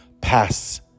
pass